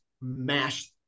mash